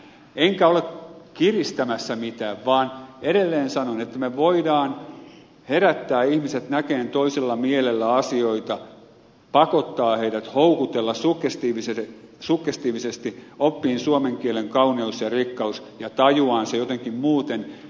enkä ole kiristämässä mitään vaan edelleen sanon että me voimme herättää ihmiset näkemään toisella mielellä asioita pakottaa heidät houkutella suggestiivisesti oppimaan suomen kielen kauneuden ja rikkauden ja tajuamaan sen jotenkin muuten